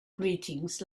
greetings